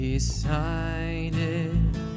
Decided